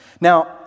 Now